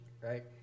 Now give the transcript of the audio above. right